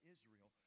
Israel